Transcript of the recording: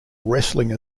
wrestling